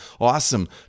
Awesome